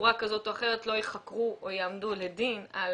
בצורה כזאת או אחרת, לא ייחקרו או יועמדו לדין על